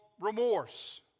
remorse